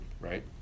right